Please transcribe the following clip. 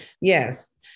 Yes